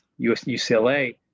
UCLA